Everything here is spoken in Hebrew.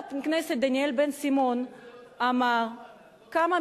בשביל זה לא צריך